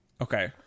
Okay